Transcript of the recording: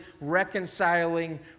reconciling